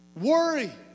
worry